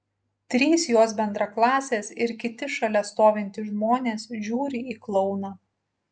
trys jos bendraklasės ir kiti šalia stovintys žmonės žiūri į klouną